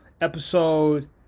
Episode